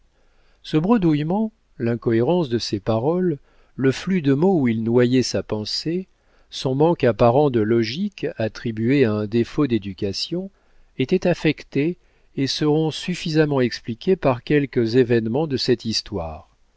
ce bredouillement l'incohérence de ses paroles le flux de mots où il noyait sa pensée son manque apparent de logique attribués à un défaut d'éducation étaient affectés et seront suffisamment expliqués par quelques événements de cette histoire